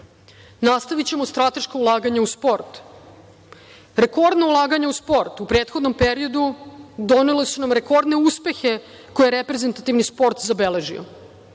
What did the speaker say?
strateška ulaganja u sport. Rekordno ulaganje u sport u prethodnom periodu donele su nam rekordne uspehe koje je reprezentativni sport zabeležio.